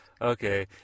Okay